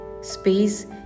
space